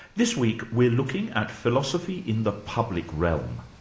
this week, we're looking at philosophy in the public realm.